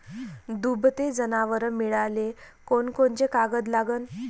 दुभते जनावरं मिळाले कोनकोनचे कागद लागन?